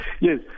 yes